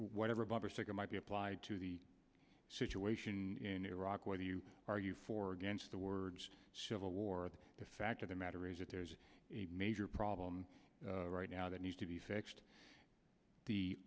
whatever bumper sticker might be applied to the situation in iraq whether you argue for or against the words civil war the fact of the matter is that there's a major problem right now that needs to be fixed the